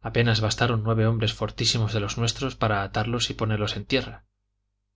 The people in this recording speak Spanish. apenas bastaron nueve hombres fortísimos de los nuestros para atarlos y ponerlos en tierra